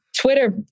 Twitter